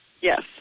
Yes